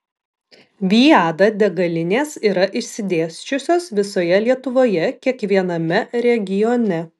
viada degalinės yra išsidėsčiusios visoje lietuvoje kiekviename regione